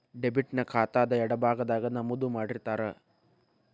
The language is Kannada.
ಡೆಬಿಟ್ ನ ಖಾತಾದ್ ಎಡಭಾಗದಾಗ್ ನಮೂದು ಮಾಡಿರ್ತಾರ